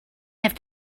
have